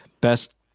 Best